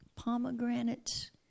Pomegranates